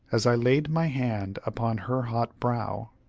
as i laid my hand upon her hot brow.